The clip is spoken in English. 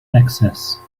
access